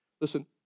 Listen